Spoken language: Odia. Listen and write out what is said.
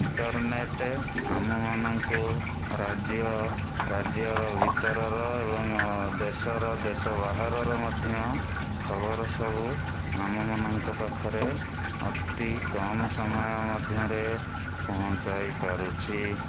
ଇଣ୍ଟର୍ନେଟ୍ ଆମମାନଙ୍କୁ ରାଜ୍ୟ ରାଜ୍ୟର ଭିତର ର ଏବଂ ଦେଶର ଦେଶ ବାହାରର ମଧ୍ୟ ଖବର ସବୁ ଆମମାନଙ୍କ ପାଖରେ ଅତି କମ୍ ସମୟ ମଧ୍ୟରେ ପହଞ୍ଚାଇ ପାରଛି